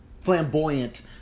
Flamboyant